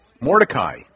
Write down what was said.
Mordecai